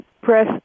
Press